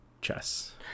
chess